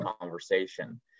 conversation